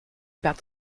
about